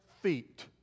feet